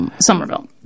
Somerville